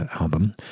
album